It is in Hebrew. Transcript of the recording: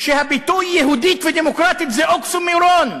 שהביטוי "יהודית ודמוקרטית" זה אוקסימורון.